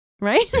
Right